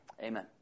Amen